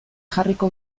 jarriko